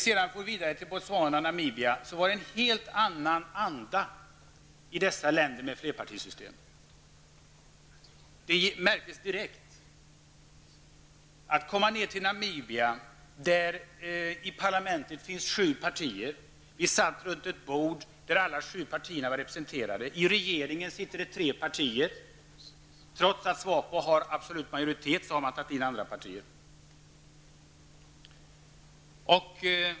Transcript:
Sedan for vi vidare till Botswana och Namibia och upptäckte att det var en helt annan anda i dessa länder med flerpartisystem. Det märktes direkt. I Namibias parlament finns sju partier. Vi satt runt ett bord där alla sju partierna var representerade. I regeringen sitter tre partier. Trots att Swapo har absolut majoritet har man tagit in andra partier.